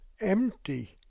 empty